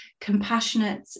compassionate